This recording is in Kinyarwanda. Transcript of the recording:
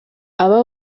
aba